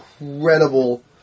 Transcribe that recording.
incredible